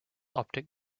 optic